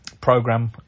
program